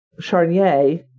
Charnier